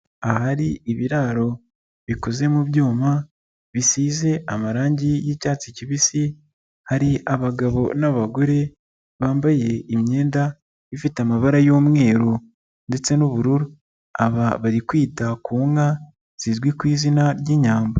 Ahari ibiraro bikoze mu byuma, bisize amarangi y'icyatsi kibisi, hari abagabo n'abagore bambaye imyenda ifite amabara y'umweru ndetse n'ubururu. Aba bari kwita ku nka zizwi ku izina ry'Inyambo.